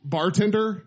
Bartender